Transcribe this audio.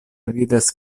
vidas